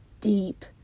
deep